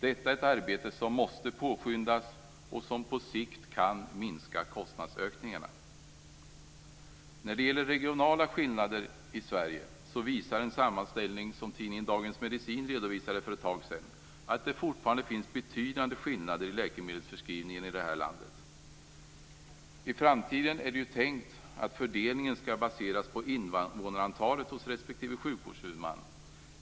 Detta är ett arbete som måste påskyndas och som på sikt kan minska kostnadsökningarna. En sammanställning redovisad av tidningen Dagens Medicin visar att det fortfarande finns betydande regionala skillnader i läkemedelsförskrivningen i det här landet. I framtiden är det tänkt att fördelningen skall baseras på invånarantalet hos respektive sjukvårdshuvudman.